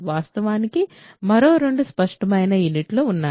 వాస్తవానికి మరో రెండు స్పష్టమైన యూనిట్లు ఉన్నాయి